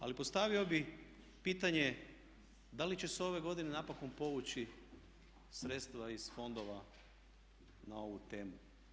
Ali postavio bih pitanje da li će se ove godine napokon povući sredstva iz fondova na ovu temu?